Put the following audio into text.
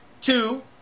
Two